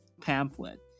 pamphlet